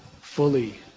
fully